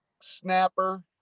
snapper